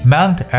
Mount